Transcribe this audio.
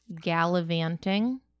Gallivanting